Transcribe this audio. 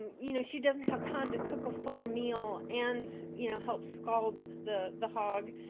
and you know, she doesn't have time to cook a full meal and, you know, help scald the the hog.